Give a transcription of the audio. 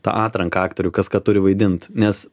tą atranką aktorių kas ką turi vaidint nes